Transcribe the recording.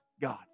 God